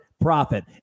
profit